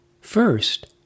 First